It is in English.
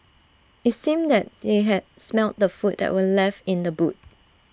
IT seemed that they had smelt the food that were left in the boot